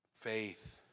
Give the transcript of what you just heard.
Faith